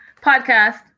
podcast